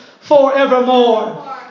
forevermore